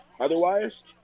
Otherwise